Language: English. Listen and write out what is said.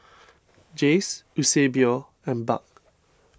Jayce Eusebio and Buck